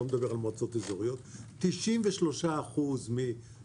אני לא מדבר על מועצות אזוריות 93% מהאוכלוסייה